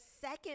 second